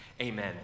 amen